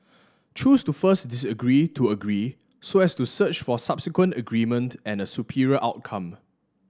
choose to first disagree to agree so as to search for subsequent agreement and a superior outcome